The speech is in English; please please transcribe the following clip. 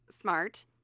smart